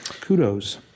kudos